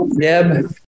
Deb